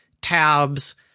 tabs